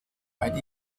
ein